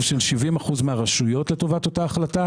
של 70 אחוזים מהרשויות לטובת אותה החלטה